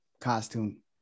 costume